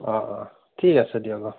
অঁ অঁ ঠিক আছে দিয়ক অ